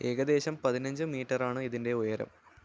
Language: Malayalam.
ഏകദേശം പതിനഞ്ച് മീറ്ററാണ് ഇതിൻ്റെ ഉയരം